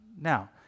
now